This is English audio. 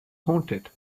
haunted